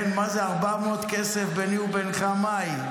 כן, מה זה 400 כסף, "ביני ובינך מה היא".